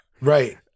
Right